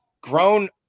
grown